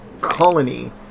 colony